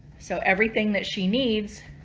so everything that she needs